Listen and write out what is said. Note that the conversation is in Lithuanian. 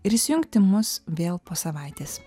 ir įsijungti mus vėl po savaitės